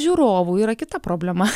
žiūrovų yra kita problema